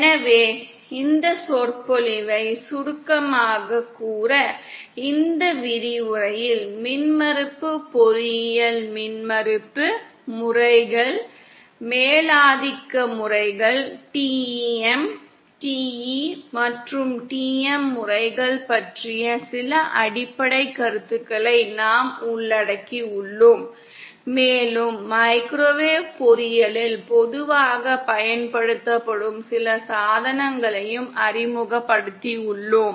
எனவே இந்த சொற்பொழிவைச் சுருக்கமாகக் கூற இந்த விரிவுரையில் மின்மறுப்பு பொறியியல் மின்மறுப்பு முறைகள் மேலாதிக்க முறைகள் TEM TE மற்றும் TM முறைகள் பற்றிய சில அடிப்படைக் கருத்துக்களை நாம் உள்ளடக்கியுள்ளோம் மேலும் மைக்ரோவேவ் பொறியியலில் பொதுவாகப் பயன்படுத்தப்படும் சில சாதனங்களையும் அறிமுகப்படுத்தியுள்ளோம்